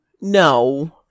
No